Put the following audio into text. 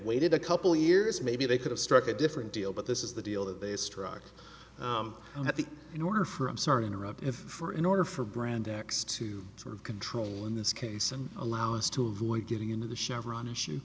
waited a couple years maybe they could have struck a different deal but this is the deal that they struck at the in order for i'm sorry to interrupt if for in order for brand x to sort of control in this case and allow us to avoid getting into the chevron issue